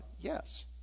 yes